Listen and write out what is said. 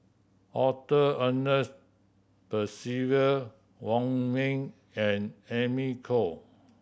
Arthur Ernest Percival Wong Ming and Amy Khor